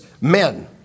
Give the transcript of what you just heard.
men